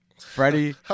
Freddie